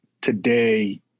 today